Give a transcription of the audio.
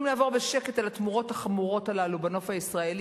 אם נעבור בשקט על התמורות החמורות הללו בנוף הישראלי,